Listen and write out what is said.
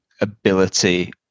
ability